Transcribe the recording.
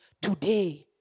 today